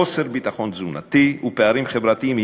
חוסר ביטחון תזונתי ופערים חברתיים הם